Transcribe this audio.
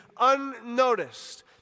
unnoticed